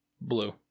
Blue